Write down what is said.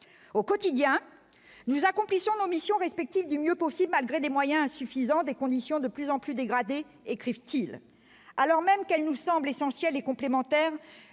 au quotidien, nous accomplissons d'ambition respective du mieux possible, malgré des moyens suffisants, des conditions de plus en plus dégradé, écrivent-t-ils, alors même qu'elle nous semble essentiel et complémentaire,